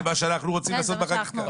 זה מה שאנחנו רוצים לעשות בחקיקה.